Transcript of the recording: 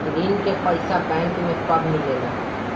ऋण के पइसा बैंक मे कब मिले ला?